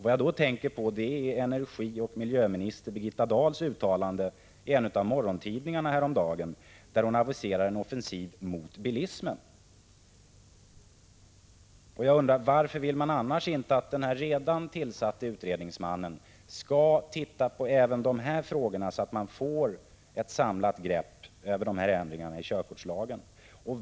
Vad jag då tänker på är energioch miljöminister Birgitta Dahls uttalande i en av morgontidningarna häromdagen, där hon aviserade en offensiv mot bilismen. Varför vill man annars inte att den redan tillsatte utredningsmannen skall titta även på dessa frågor så att man får ett samlat grepp över ändringarna i körkortslagen?